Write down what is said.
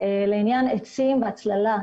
לעניין עצים והצללה.